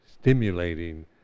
stimulating